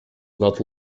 not